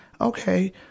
Okay